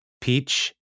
Peach